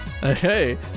Hey